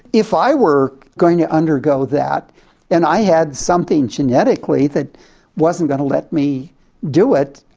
if i were going to undergo that and i had something genetically that wasn't going to let me do it,